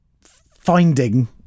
finding